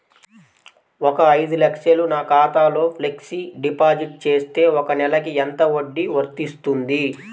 ఒక ఐదు లక్షలు నా ఖాతాలో ఫ్లెక్సీ డిపాజిట్ చేస్తే ఒక నెలకి ఎంత వడ్డీ వర్తిస్తుంది?